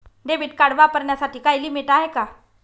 Debit card वापरण्यासाठी काही limit आहे का?